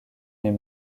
mais